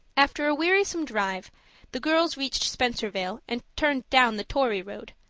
after a wearisome drive the girls reached spencervale and turned down the tory road.